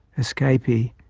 escapee,